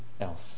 else